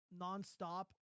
nonstop